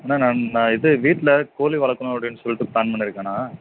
அண்ணே நான் நான் இது வீட்டில கோழி வளர்க்கணும் அப்படின்னு சொல்லிட்டு ப்ளான் பண்ணிருக்கேண்ணா